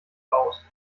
aus